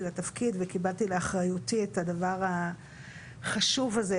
לתפקיד וקיבלתי לאחריותי את הדבר החשוב הזה,